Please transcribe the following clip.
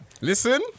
Listen